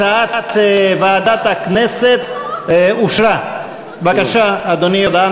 הצעת ועדת הכנסת בדבר פיצול הצעת חוק להשתתפותם של העובדים,